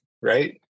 right